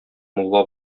мулла